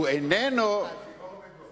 אני כבר עומד דום.